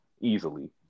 easily